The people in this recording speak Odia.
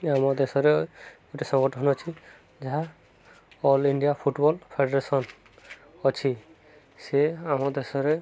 ଆମ ଦେଶରେ ଗୋଟେ ସଂଗଠନ ଅଛି ଯାହା ଅଲ୍ ଇଣ୍ଡିଆ ଫୁଟବଲ୍ ଫେଡେରେସନ୍ ଅଛି ସେ ଆମ ଦେଶରେ